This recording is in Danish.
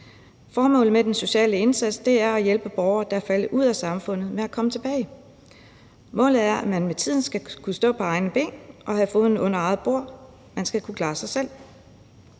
Formålet med den sociale indsats er at hjælpe borgere, der er faldet ud af samfundet, med at komme tilbage. Målet er, at man med tiden skal kunne stå på egne ben og have foden under eget bord; man skal kunne klare sig selv.